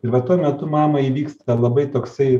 ir va tuo metu mamai įvyksta labai toksai